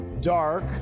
Dark